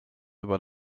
über